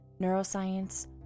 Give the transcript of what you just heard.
neuroscience